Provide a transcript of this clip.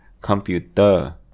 Computer